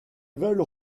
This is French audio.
veulent